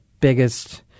biggest